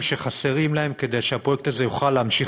שחסרים להם כדי שהפרויקט הזה יוכל להמשיך,